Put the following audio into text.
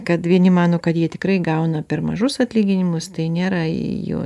kad vieni mano kad jie tikrai gauna per mažus atlyginimus tai nėra jų